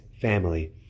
family